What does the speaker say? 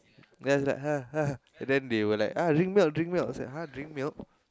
then after that ah and then they were like ah drink milk drink milk then I was like ah drink milk